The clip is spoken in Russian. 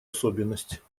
особенность